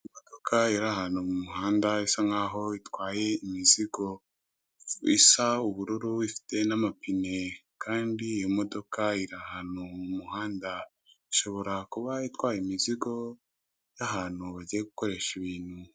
Imodoka iri ahantu mu muhanda isa nkaho itwaye imizigo, isa ubururu ifite n'amapine kandi iyo modoka iri ahantu mu muhanda ishobora kuba itwaye imizigo y'ahantu bagiye gukoresha ibintu